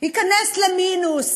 ייכנס למינוס